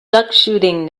duckshooting